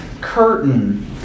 curtain